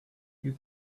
you